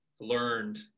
learned